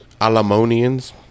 Alamonians